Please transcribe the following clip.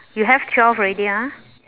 you have twelve already ah